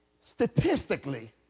statistically